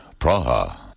Praha